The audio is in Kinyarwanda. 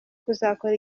kuzakora